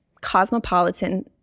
Cosmopolitan